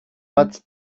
but